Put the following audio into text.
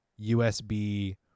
USB